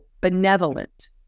benevolent